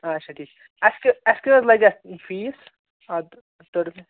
اچھا ٹھیٖک اَسہِ کیٛاہ اَسہِ کیٛاہ حظ لَگہِ اتھ فیٖس اَتھ ٹٕربہِ